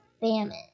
famine